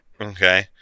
okay